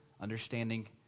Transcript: understanding